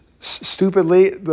stupidly